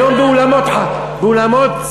היום באולמות שמחה,